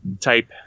type